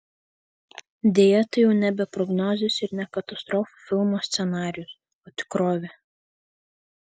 deja tai jau nebe prognozės ir ne katastrofų filmo scenarijus o tikrovė